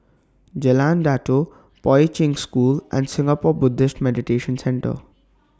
Jalan Datoh Poi Ching School and Singapore Buddhist Meditation Centre